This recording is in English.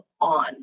on